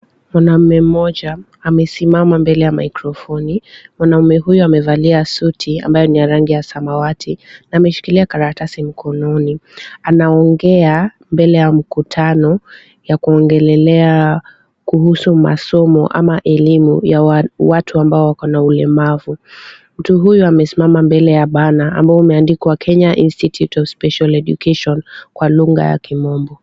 Mwanamume mmoja amesimama mbele ya microphone , mwanamume huyu amevalia suti ambayo ni ya rangi ya samawati na ameshikilia karatasi mkononi, anaongea mbele ya mkutano ya kuongelelea kuhusu masomo ama elimu ya watu ambao wako na ulemavu, mtu huyu amesimama mbele ya banner ambao umeandikwa Kenya institute of special education, kwa lugha ya kimombo.